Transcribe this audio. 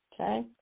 Okay